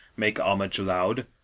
make homage loud.